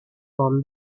from